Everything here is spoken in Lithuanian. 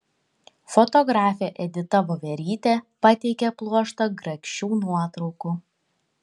fotografė edita voverytė pateikia pluoštą grakščių nuotraukų